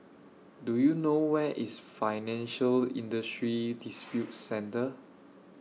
Do YOU know Where IS Financial Industry Disputes Center